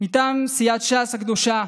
מטעם סיעת ש"ס הקדושה,